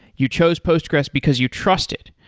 you chose postgres because you trust it.